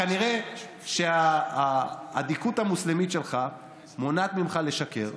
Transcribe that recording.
כנראה שהאדיקות המוסלמית שלך מונעת ממך לשקר,